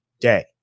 day